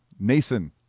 Nason